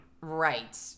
right